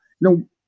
no